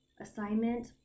assignment